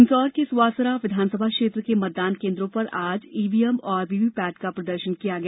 मंदसौर के सुवासरा विधानसभा क्षेत्र के मतदान केन्द्रों पर आज ईवीएम और वीवीपैट का प्रदर्शन किया गया